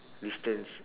distance